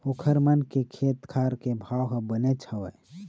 ओखर मन के खेत खार के भाव ह बनेच हवय